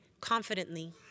confidently